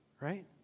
right